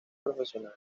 professional